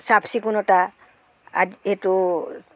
চাফ চিকুণতা আ এইটো